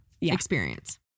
experience